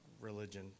religion